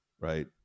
right